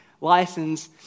license